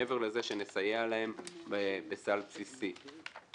מעבר לזה שנסייע להן בסל בסיסי.